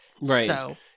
Right